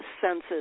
senses